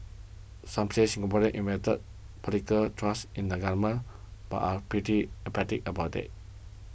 some say Singaporeans invested political trust in the government but are pretty apathetic about it